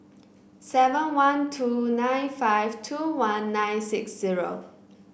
seven one two nine five two one nine six zero